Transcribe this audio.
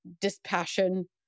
dispassion